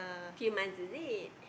few months is it